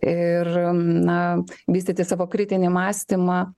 ir na vystyti savo kritinį mąstymą